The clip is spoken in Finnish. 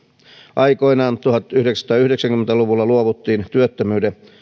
aikoinaan tuhatyhdeksänsataayhdeksänkymmentä luvulla luovuttiin työttömyyden